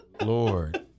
Lord